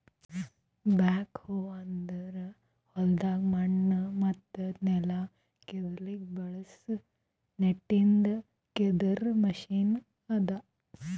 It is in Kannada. ಬ್ಯಾಕ್ ಹೋ ಅಂದುರ್ ಹೊಲ್ದಾಗ್ ಮಣ್ಣ ಮತ್ತ ನೆಲ ಕೆದುರ್ಲುಕ್ ಬಳಸ ನಟ್ಟಿಂದ್ ಕೆದರ್ ಮೆಷಿನ್ ಅದಾ